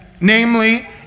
Namely